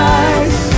eyes